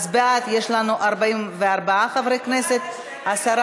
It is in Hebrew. אז יש לנו 44 חברי כנסת בעד,